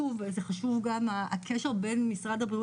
אז כמי שהייתה יו"ר השדולה למניעת אובדנות בעבר בהווה